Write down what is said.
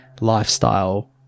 lifestyle